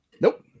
Nope